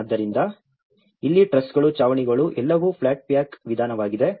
ಆದ್ದರಿಂದ ಇಲ್ಲಿ ಟ್ರಸ್ಗಳು ಛಾವಣಿಗಳು ಎಲ್ಲವೂ ಫ್ಲಾಟ್ ಪ್ಯಾಕ್ ವಿಧಾನವಾಗಿದೆ